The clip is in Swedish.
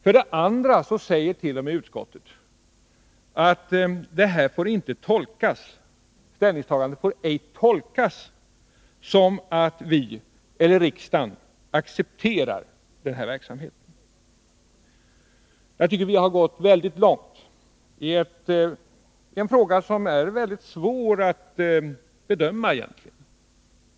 För det tredje säger utskottet t.o.m. att utskottets ställningstagande inte får tolkas som om riksdagen skulle acceptera den här verksamheten. Jag tycker att utskottet har gått mycket långt i en fråga som egentligen är mycket svår att bedöma.